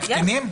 לקטינים?